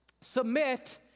Submit